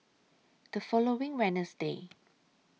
The following Wednesday